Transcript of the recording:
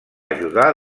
ajudar